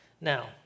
Now